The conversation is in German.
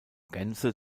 gänze